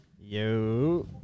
yo